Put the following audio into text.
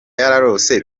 yarose